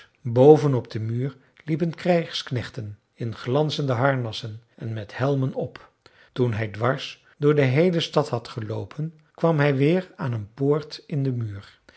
op den muur liepen krijgsknechten in glanzende harnassen en met helmen op toen hij dwars door de heele stad had geloopen kwam hij weer aan een poort in den muur